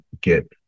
get